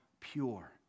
pure